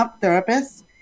therapist